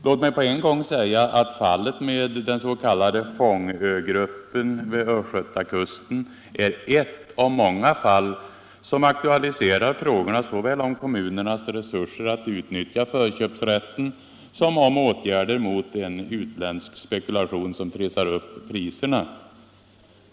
Låt mig på en gång säga att fallet med den s.k. Fångögruppen vid östgötakusten är ett av många fall som aktualiserar frågorna såväl om kommunernas resurser att utnyttja förköpsrätten som om åtgärder mot en utländsk spekulation som trissar upp priserna.